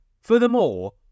Furthermore